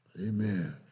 Amen